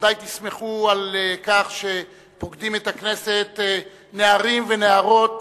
בוודאי תשמחו על כך שפוקדים את הכנסת נערים ונערות